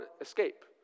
escape